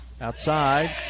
Outside